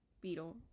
Beetle